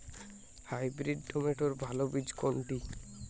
Hybrid টমেটোর ভালো বীজ কোনটি?